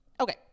Okay